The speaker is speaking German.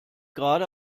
gerade